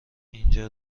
اینجا